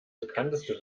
bekannteste